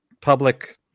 public